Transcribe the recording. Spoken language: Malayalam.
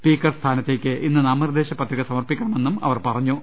സ്പീക്കർ സ്ഥാനത്തേക്ക് ഇന്ന് നാമനിർദേശ പത്രിക സമർപ്പിക്കണ മെന്നും അവർ പറഞ്ഞു